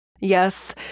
Yes